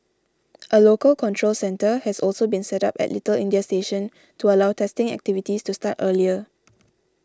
a local control centre has also been set up at Little India station to allow testing activities to start earlier